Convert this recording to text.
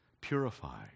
Purify